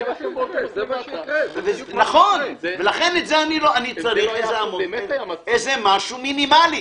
אני צריך משהו מינימלי.